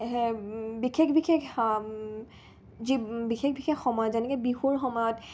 বিশেষ বিশেষ যি বিশেষ বিশেষ সময়ত যেনেকৈ বিহুৰ সময়ত